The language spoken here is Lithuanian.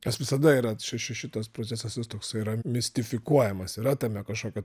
nes visada yra ši ši šitas procesas jis toks yra mistifikuojamas yra tame kažkokio